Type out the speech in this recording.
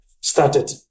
started